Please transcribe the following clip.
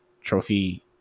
Trophy